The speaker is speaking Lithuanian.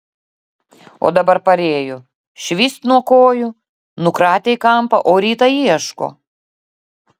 o dabar parėjo švyst nuo kojų nukratė į kampą o rytą ieško